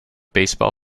baseball